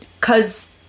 Cause